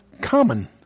common